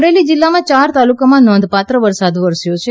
અમરેલી જિલ્લામાં ચાર તાલુકા માં નોંધપાત્ર વરસાદ વરસ્યો હતો